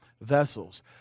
vessels